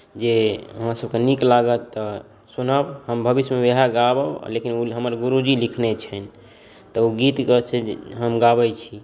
जे अहाँ सभकेँ नीक लागत तऽ सुनब हम भविष्यमे उएह गायब लेकिन ओ हमर गुरुजी लिखने छनि तऽ ओ गीत जे छै हम गाबैत छी